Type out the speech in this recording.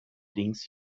dings